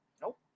Nope